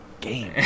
game